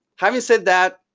having said that,